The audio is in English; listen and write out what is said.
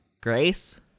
Grace